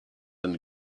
and